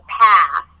path